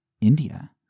India